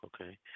okay